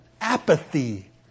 Apathy